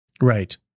Right